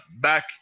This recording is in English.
back